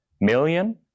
million